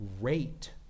rate